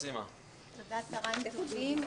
צוהריים טובים.